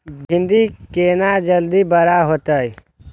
भिंडी केना जल्दी बड़ा होते?